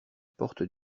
porte